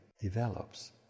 develops